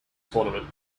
tournament